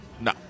No